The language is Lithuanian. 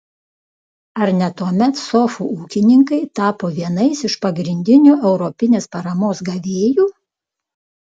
ar ne tuomet sofų ūkininkai tapo vienais iš pagrindinių europinės paramos gavėjų